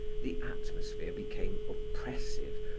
the atmosphere became oppressive,